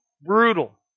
brutal